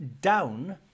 down